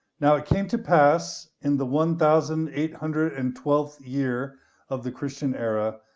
now it came to pass in the one thousandth, eight hundredth and twelfth year of the christian era,